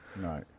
no